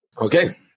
Okay